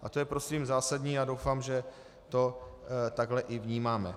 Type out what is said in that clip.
A to je prosím zásadní a doufám, že to takhle i vnímáme.